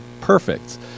perfect